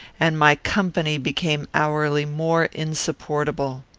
and my company became hourly more insupportable.